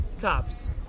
cops